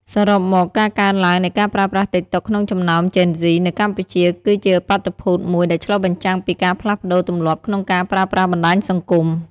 សរុបមក ការកើនឡើងនៃការប្រើប្រាស់តិកតុកក្នុងចំណោមជេនហ្ស៊ីនៅកម្ពុជា គឺជាបាតុភូតមួយដែលឆ្លុះបញ្ចាំងពីការផ្លាស់ប្ដូរទម្លាប់ក្នុងការប្រើប្រាស់បណ្ដាញសង្គម។